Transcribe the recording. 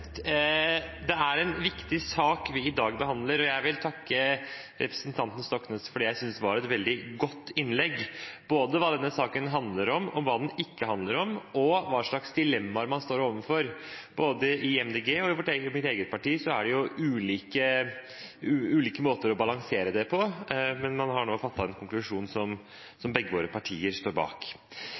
jeg synes var et veldig godt innlegg, både med hensyn til hva denne saken handler om og ikke handler om, og med hensyn til hvilke dilemmaer man står overfor. I både Miljøpartiet De Grønne og mitt eget parti er det ulike måter å balansere det på, men man har nå fattet en beslutning som begge våre partier står bak.